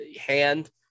hand